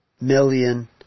million